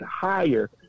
higher